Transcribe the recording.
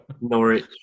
Norwich